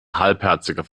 halbherziger